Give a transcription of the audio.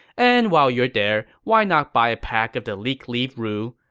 and while you're there, why not buy a pack of the leek-leaved rue.